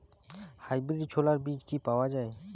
Hybrid ছোলার বীজ কি পাওয়া য়ায়?